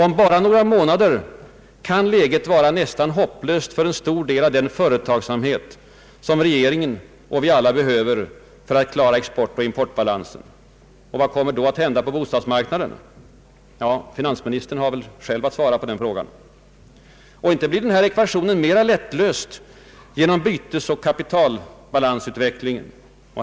Om bara några månader kan läget vara nästan hopplöst för en stor del av den företagsamhet som regeringen och vi alla behöver för att klara exportoch importbalansen. Vad kommer då att hända på bostadsmarknaden? Finansministern har väl själv att svara på den frågan. Och inte blir ekvationen mer lättlöst genom bytesoch kapitalbalansutvecklingen.